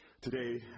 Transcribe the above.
Today